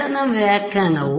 ಎರಡನೆಯ ವ್ಯಾಖ್ಯಾನವು